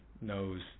knows